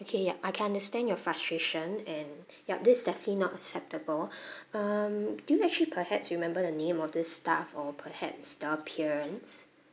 okay ya I can understand your frustration and yup this is definitely not acceptable um do you actually perhaps remember the name of this staff or perhaps the appearance